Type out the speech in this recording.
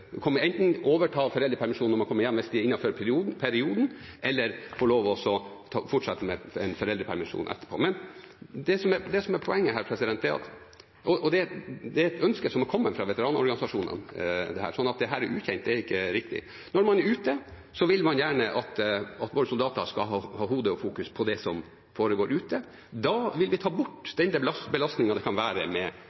enten overta foreldrepermisjonen når man kommer hjem, hvis det er innenfor perioden, eller få fortsette med foreldrepermisjonen etterpå. Det som er poenget her, og dette er et ønske som har kommet fra veteranorganisasjonene, så at dette er ukjent, er ikke riktig: Når man er ute, vil man gjerne at våre soldater skal ha hodet og fokuset på det som foregår ute. Da vil vi ta bort